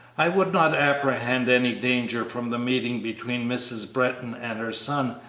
i would not apprehend any danger from the meeting between mrs. britton and her son,